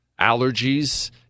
allergies